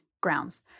grounds